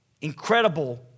Incredible